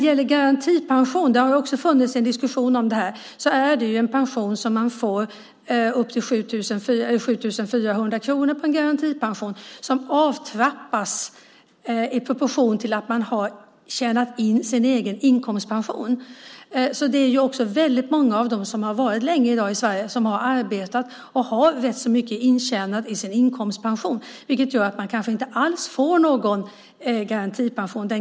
Garantipension - det har förts en diskussion om det här - är en pension på 7 400 kronor som man får men som avtrappas i proportion till att man har tjänat in sin egen inkomstpension. Det är ju också väldigt många av dem som har varit länge i Sverige i dag som har arbetat och har rätt så mycket intjänat till sin inkomstpension. Det gör att man kanske inte alls får någon garantipension.